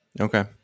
Okay